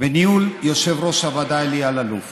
בניהול יושב-ראש הוועדה אלי אלאלוף